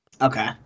Okay